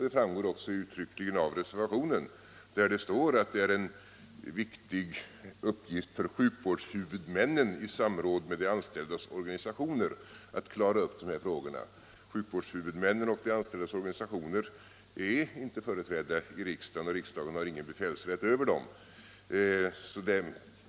Det framgår också uttryckligen av reservationen, där det står att det är en viktig uppgift för sjukvårdshuvudmännen i samråd med de anställdas organisationer att klara upp dessa frågor. Sjukvårdshuvudmännen och de anställdas organisationer är inte företrädda i riksdagen, och riksdagen har ingen befälsrätt över dem.